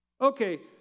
okay